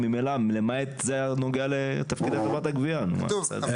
גם האמירות האלה ש"מה פתאום נטיל על אחרים לשלם" מה לעשות,